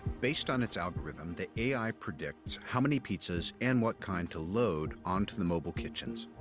based on its algorithm, the a i. predicts how many pizzas, and what kind, to load onto the mobile kitchens.